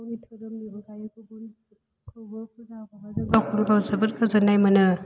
गावनि धोरोमनि अनगायैबो गुबुन धोरोमखौबो फुजा होनानै गावखौनो गाव जोबोद गोजोननाय मोनो